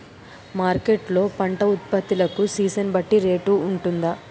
Market లొ పంట ఉత్పత్తి లకు సీజన్ బట్టి రేట్ వుంటుందా?